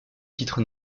titre